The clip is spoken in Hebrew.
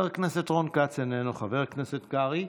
חבר הכנסת רון כץ, איננו, חבר הכנסת קרעי,